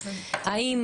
האם